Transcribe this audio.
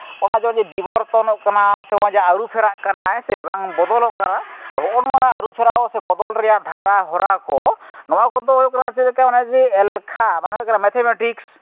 ᱚᱱᱟ ᱡᱩᱫᱤ ᱵᱤᱵᱚᱨᱛᱚᱱᱚᱜ ᱠᱟᱱᱟ ᱥᱮ ᱦᱚᱸᱜᱼᱚᱭ ᱡᱮ ᱟᱹᱨᱩᱯᱷᱮᱨᱟᱜ ᱠᱟᱱᱟ ᱦᱮᱸᱥᱮ ᱵᱟᱝ ᱵᱚᱫᱚᱞᱚᱜ ᱠᱟᱱᱟ ᱦᱚᱸᱜᱼᱚ ᱱᱚᱣᱟ ᱟᱹᱨᱩᱼᱯᱷᱮᱨᱟᱣ ᱥᱮ ᱵᱚᱫᱚᱞ ᱨᱮᱭᱟᱜ ᱫᱷᱟᱨᱟ ᱦᱚᱨᱟ ᱠᱚ ᱱᱚᱣᱟ ᱠᱚᱫᱚ ᱦᱩᱭᱩᱜ ᱠᱟᱱᱟ ᱡᱮᱞᱮᱠᱟ ᱱᱚᱜᱼᱚᱭ ᱡᱮ ᱮᱞᱠᱷᱟ ᱟᱨ ᱵᱟᱝᱠᱷᱟᱱ ᱦᱩᱭᱩᱜ ᱠᱟᱱᱟ ᱢᱮᱛᱷᱟᱢᱮᱴᱤᱠᱥ